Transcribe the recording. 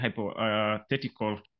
hypothetical